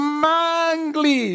mangly